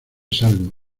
salgo